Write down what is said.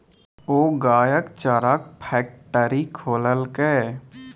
ओ गायक चाराक फैकटरी खोललकै